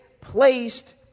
placed